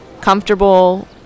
comfortable